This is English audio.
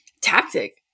tactic